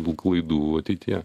tų klaidų ateityje